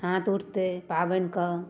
हाथ उठतै पाबनिके